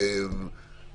אתם הרופא של המדינה.